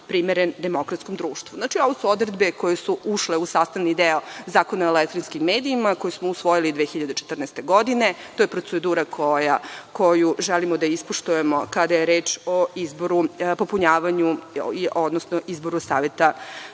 primeren demokratskom društvu. Znači, ovo su odredbe koje su ušle u sastavni deo Zakona o elektronskim medijima, koji smo usvojili 2014. godine. To je procedura koju želimo da ispoštujemo kada je reč o popunjavanju, odnosno izboru Saveta